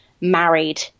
married